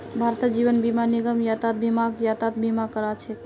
भारतत जीवन बीमा निगम यातायात बीमाक यातायात बीमा करा छेक